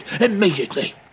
immediately